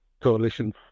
coalition